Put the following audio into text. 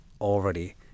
already